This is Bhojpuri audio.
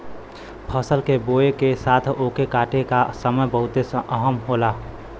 फसल के बोए के साथ ओके काटे का समय बहुते अहम होला